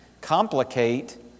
complicate